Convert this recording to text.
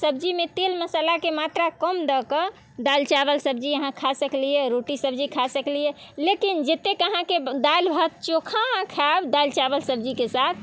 सब्जीमे तेल मसालाके मात्रा कम दऽ कऽ दाल चावल सब्जी अहाँ खा सकलियै रोटी सब्जी खा सकलियै लेकिन जतेक अहाँकेँ दालि भात चोखा खाबि दालि चावल सब्जीके साथ